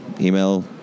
Email